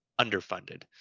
underfunded